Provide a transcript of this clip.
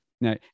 now